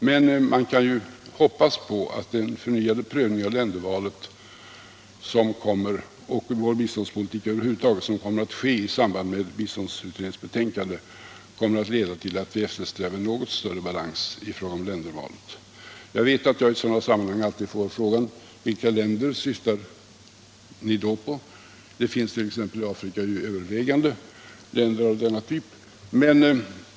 — men man kan ju hoppas på att den förnyade prövning av ländervalet och av vår biståndspolitik över huvud taget som kommer att ske i samband med biståndsutredningens betänkande kommer att leda till att vi eftersträvar en något större balans i fråga om ländervalet. Jag vet att jag i sådana sammanhang alltid får frågan: Vilka länder syftar ni då på? I t.ex. Afrika är övervägande antalet länder av denna typ.